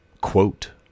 quote